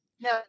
no